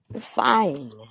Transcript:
Fine